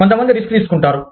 కొంతమంది రిస్క్ తీసుకుంటారు